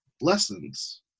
lessons